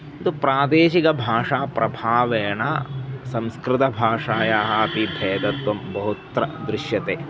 किन्तु प्रादेशिकभाषाप्रभावेण संस्कृतभाषायाः अपि भेदत्वं बहुत्र दृश्यते